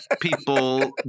people